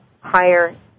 higher